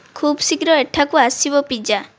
ଖୁବଶୀଘ୍ର ଏଠାକୁ ଆସିବ ପିଜା